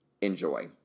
Enjoy